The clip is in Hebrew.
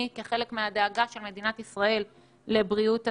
כחלק מהדאגה של מדינת ישראל לבריאות הציבור.